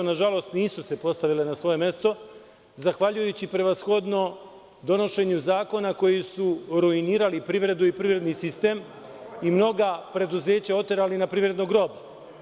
Nažalost, nisu se postavile na svoje mesto, zahvaljujući prevashodno donošenju zakona koji su ruinirali privredu i privredni sistem i mnoga preduzeća oterali na privredno groblje.